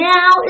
Now